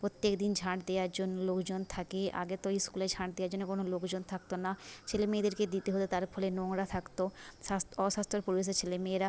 প্রত্যেক দিন ঝাঁট দেওয়ার জন্য লোকজন থাকে আগে তো স্কুলে ঝাঁট দেওয়ার জন্য কোনো লোকজন থাকত না ছেলেমেয়েদেরকে দিতে হতো তার ফলে নোংরা থাকত অস্বাস্থ্যকর পরিবেশে ছেলেমেয়েরা